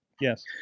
Yes